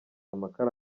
amakara